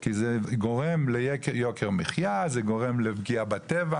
כי זה גורם ליוקר מחייה, זה גורם לפגיעה בטבע.